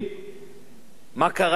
מה קרה בחודש האחרון,